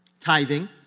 tithing